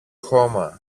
χώμα